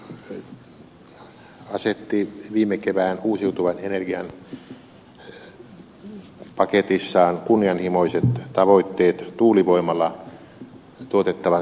hallitus asetti viime kevään uusituvan energian paketissaan kunnianhimoiset tavoitteet tuulivoimalla tuotettavan sähkön tuotannolle